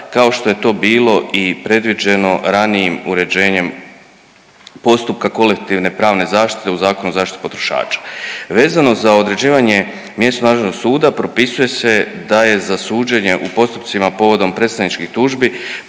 kao što je to bilo i predviđeno ranijim uređenjem postupka kolektivne pravne zaštite u Zakonu o zaštiti potrošača. Vezano za određivanje mjesno nadležnog suda propisuje se da je za suđenje u postupcima povodom predstavničkih tužbi